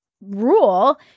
rule